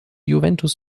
juventus